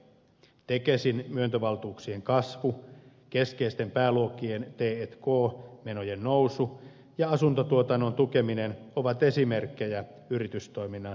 tekesin myöntövaltuuksien kasvu keskeisten pääluokkien t k menojen nousu ja asuntotuotannon tukeminen ovat esimerkkejä yritystoiminnan piristämisestä